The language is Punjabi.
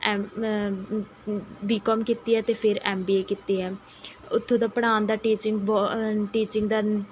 ਐਮ ਬੀ ਕੌਮ ਕੀਤੀ ਹੈ ਅਤੇ ਫਿਰ ਐੱਮ ਬੀ ਏ ਕੀਤੀ ਹੈ ਉੱਥੋਂ ਦਾ ਪੜ੍ਹਾਉਣ ਦਾ ਟੀਚਿੰਗ ਬਹੁ ਟੀਚਿੰਗ ਦਾ